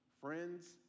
friends